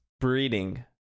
breeding